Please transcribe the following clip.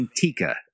Tika